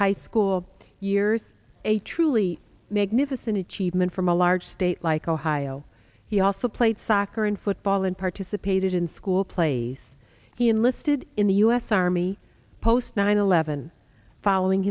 high school years a truly magnificent achievement from a large state like ohio he also played soccer and football and participated in school place he enlisted in the us army post nine eleven following